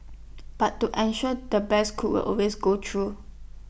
but to an shore the best cook will always go through